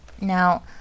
Now